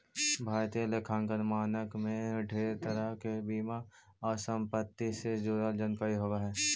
भारतीय लेखांकन मानक में ढेर तरह के बीमा आउ संपत्ति से जुड़ल जानकारी होब हई